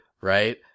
right